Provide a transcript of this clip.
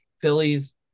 Phillies